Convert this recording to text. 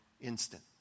instant